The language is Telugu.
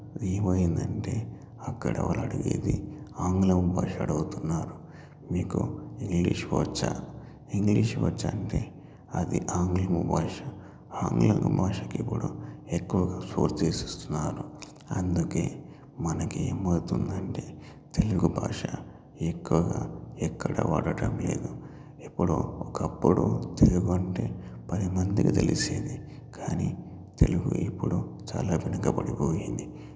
ఏమైందంటే అక్కడ వాళ్ళు అడిగేది ఆంగ్లం భాషలో అడుగుతున్నారు మీకు ఇంగ్లీష్ వచ్చా ఇంగ్లీష్ వచ్చు అంటే అది ఆంగ్లం భాష ఆంగ్లం భాషకి కూడా ఎక్కువగా ఉద్దేశిస్తున్నారు అందుకే మనకి ఏమవుతుందంటే తెలుగు భాష ఎక్కువగా ఎక్కడ వాడటం లేదు ఇప్పుడు ఒకప్పుడు తెలుగంటే పదిమందికి తెలిసేది కానీ తెలుగు ఇప్పుడు చాలా వెనకబడిపోయింది